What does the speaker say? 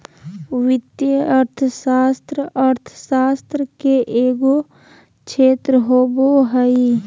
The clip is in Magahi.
वित्तीय अर्थशास्त्र अर्थशास्त्र के एगो क्षेत्र होबो हइ